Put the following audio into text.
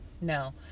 No